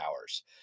hours